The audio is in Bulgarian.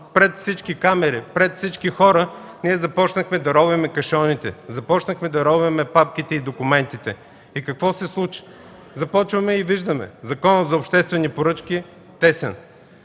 Пред всички камери, пред всички хора ние започнахме да ровим кашоните, започнахме да ровим папките и документите. И какво се случи? Започваме и виждаме: Закона за обществени поръчки – тесен.